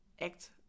act